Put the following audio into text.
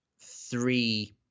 three